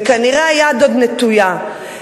וכנראה היד עוד נטויה.